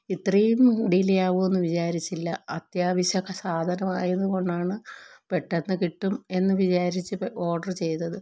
ഇത്രയും ഡിലെ ആകുമെന്ന് വിചാരിച്ചില്ല അത്യാവശ്യം ഒക്കെ സാധനം ആയതുകൊണ്ടാണ് പെട്ടെന്ന് കിട്ടും എന്ന് വിചാരിച്ച് ഓഡറ് ചെയ്തത്